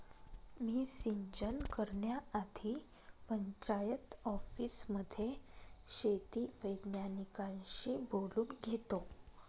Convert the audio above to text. मी सिंचन करण्याआधी पंचायत ऑफिसमध्ये शेती वैज्ञानिकांशी बोलून घेतो